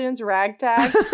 ragtag